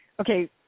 Okay